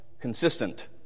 consistent